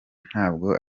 ntabwo